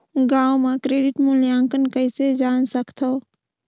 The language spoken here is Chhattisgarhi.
गांव म क्रेडिट मूल्यांकन कइसे जान सकथव?